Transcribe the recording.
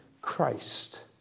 Christ